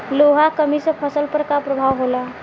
लोहा के कमी से फसल पर का प्रभाव होला?